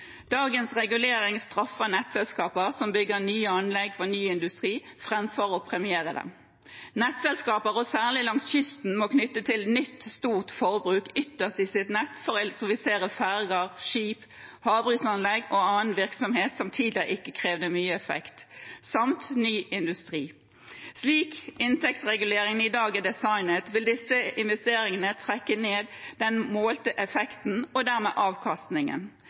Dagens regulering straffer nettselskaper som bygger nye anlegg for ny industri, framfor å premiere dem. Nettselskaper, og særlig langs kysten, må knytte til nytt stort forbruk ytterst i sitt nett for å elektrifisere ferger, skip, havbruksanlegg og annen virksomhet som tidligere ikke krevde mye effekt, samt ny industri. Slik inntektsreguleringen i dag er designet, vil disse investeringene trekke ned den målte effekten, og dermed avkastningen.